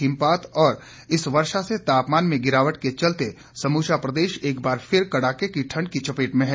हिमपात और इस वर्षा से तापमान में गिरावट के चलते समूचा प्रदेश एक बार फिर कड़ाके की ठंड की चपेट में है